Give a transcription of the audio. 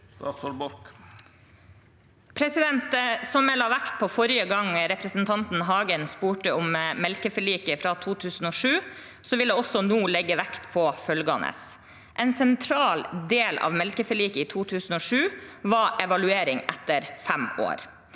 Som jeg la vekt på forrige gang representanten Hagen spurte om melkeforliket fra 2007, vil jeg også nå legge vekt på følgende: En sentral del av melkeforliket i 2007 var evaluering etter fem år.